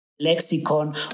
Lexicon